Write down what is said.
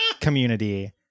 community